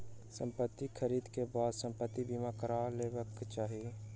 संपत्ति ख़रीदै के बाद संपत्ति बीमा करा लेबाक चाही